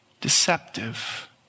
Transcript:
deceptive